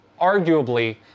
arguably